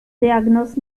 diagnoz